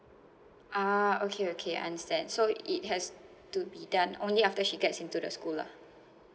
ah okay okay understand so it has to be done only after she gets into the school lah